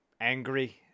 angry